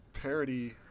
Parody